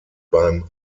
beim